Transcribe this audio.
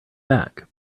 back